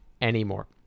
anymore